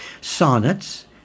sonnets